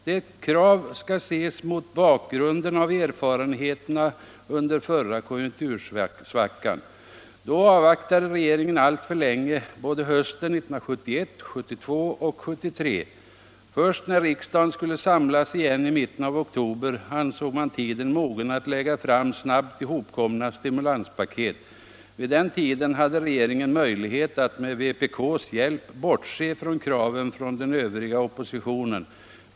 Det kravet skall ses mot bakgrund av erfarenheterna under förra konjunktursvackan. Då avvaktade regeringen alltför länge både hösten 1971 och 1972 samt 1973. Först när riksdagen skulle samlas igen i mitten av oktober ansåg man tiden mogen att lägga fram snabbt ihopkomna stimulanspaket. Vid den tiden hade regeringen möjlighet att med vpk:s hjälp bortse från kraven från den övriga oppositionen.